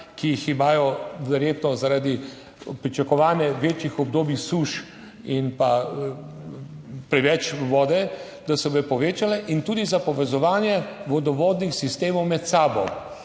ki jih imajo verjetno, zaradi pričakovanja večjih obdobij suš in pa preveč vode, da se bodo povečale in tudi za povezovanje vodovodnih sistemov med sabo.